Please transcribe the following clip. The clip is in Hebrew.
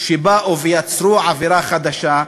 שבאו ויצרו עבירה חדשה,